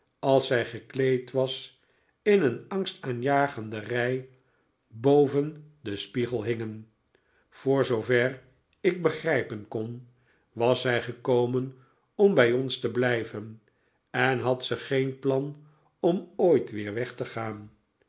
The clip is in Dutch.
als zij gekleed was in een angstaanjagende rij boven den spiegel hingen voor zoover ik begrijpen kon was zij gekomen om bij ons te blijven en had ze geen plan om ooit weer weg te gaan